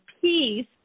peace